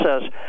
says